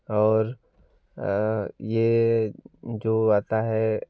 और ये जो आता है